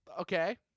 Okay